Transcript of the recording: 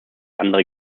andere